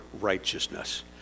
righteousness